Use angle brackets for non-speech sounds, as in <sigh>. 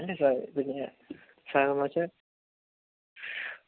അല്ല സർ പിന്നെ സർ <unintelligible>